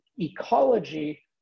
ecology